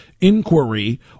inquiry